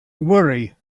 worry